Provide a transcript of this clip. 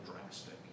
drastic